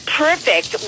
perfect